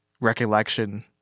recollection